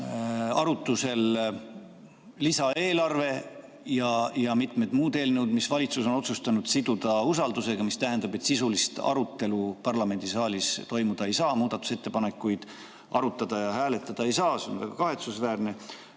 arutusel lisaeelarve ja mitmed muud eelnõud, mis valitsus on otsustanud siduda usaldusega. See tähendab, et sisulist arutelu parlamendisaalis toimuda ei saa, muudatusettepanekuid arutada ega hääletada ei saa. See on väga kahetsusväärne.